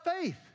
faith